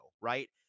right